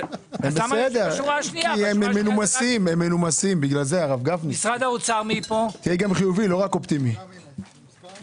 נמצאת בקצרין ברמת הגולן ומעסיקה כ-100 עובדים באופן ישיר